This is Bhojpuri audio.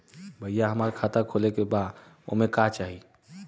भईया हमार खाता खोले के बा ओमे का चाही?